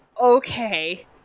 Okay